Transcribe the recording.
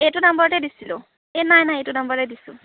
এইটো নাম্বাৰতে দিছিলোঁ এই নাই নাই এইটো নাম্বাৰতে দিছোঁ